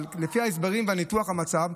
אבל לפי ההסברים וניתוח המצב,